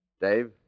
Dave